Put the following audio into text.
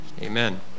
Amen